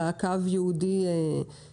שמגיע לנציגות ייעודיות שעונות למייל.